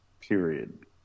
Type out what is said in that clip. period